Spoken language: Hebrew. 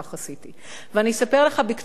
ואני אספר לך בקצרה מה אמרתי להם,